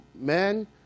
men